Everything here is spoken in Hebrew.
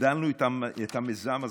הגדלנו את המיזם הזה,